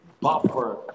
buffer